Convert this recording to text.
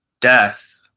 death